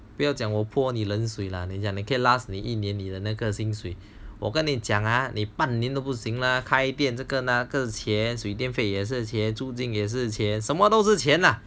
不要讲我泼你冷水了如果你可以你一年里的那个薪水我跟你讲啊你半年都不行了开店这个那个钱水电费也是钱租金也是钱什么都是钱了